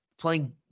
Playing